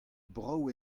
brav